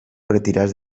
retirats